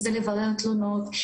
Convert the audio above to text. אם זה לברר תלונות,